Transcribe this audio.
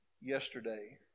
Yesterday